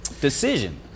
decision